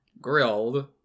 grilled